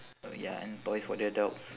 oh ya and toys for the adults